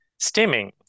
stimming